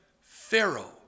Pharaoh